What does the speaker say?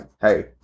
Hey